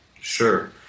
Sure